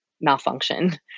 malfunction